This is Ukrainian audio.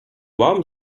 вам